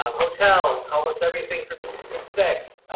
um hotels, almost everything from these group six,